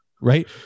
right